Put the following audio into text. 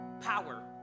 power